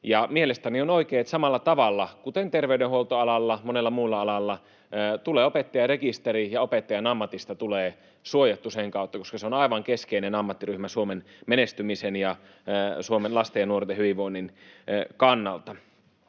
opettajarekisteri samalla tavalla kuten terveydenhuoltoalalla ja monella muulla alalla, ja opettajan ammatista tulee suojattu sen kautta, koska se on aivan keskeinen ammattiryhmä Suomen menestymisen ja Suomen lasten ja nuorten hyvinvoinnin kannalta.